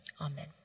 Amen